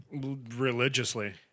religiously